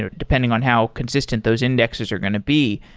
ah depending on how consistent those indexes are going to be.